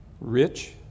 Rich